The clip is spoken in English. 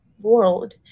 world